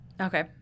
Okay